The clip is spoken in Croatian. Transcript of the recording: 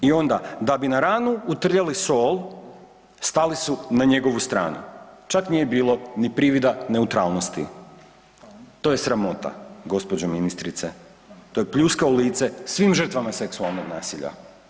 I onda da bi na ranu utrljali sol stali su na njegovu stranu, čak nije bilo ni privida neutralnosti, to je sramota gđo. ministrice, to je pljuska u lice svim žrtvama seksualnog nasilja.